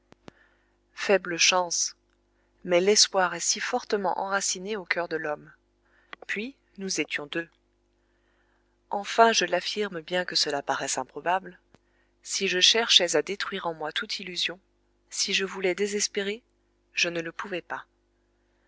faible chance mais l'espoir est si fortement enraciné au coeur de l'homme puis nous étions deux enfin je l'affirme bien que cela paraisse improbable si je cherchais à détruire en moi toute illusion si je voulais désespérer je ne le pouvais pas